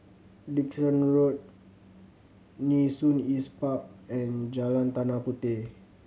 Dickson Road Nee Soon East Park and Jalan Tanah Puteh